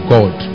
God